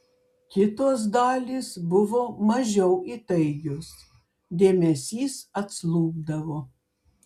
kitos dalys buvo mažiau įtaigios dėmesys atslūgdavo